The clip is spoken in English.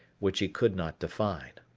which he could not define.